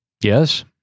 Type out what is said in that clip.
Yes